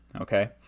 Okay